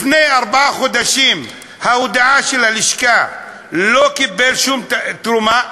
לפני ארבעה חודשים הודעה של הלשכה שהוא לא קיבל שום תרומה,